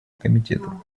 комитета